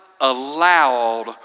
allowed